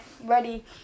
ready